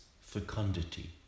fecundity